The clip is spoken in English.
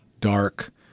dark